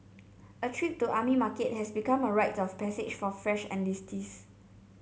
a trip to the army market has become a rite of passage for fresh enlistees